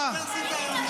האוניברסיטה היא המשטרה?